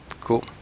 Cool